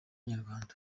nyarwanda